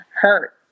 hurt